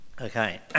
okay